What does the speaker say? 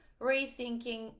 rethinking